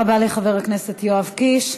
תודה רבה לחבר הכנסת יואב קיש.